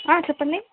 చెప్పండి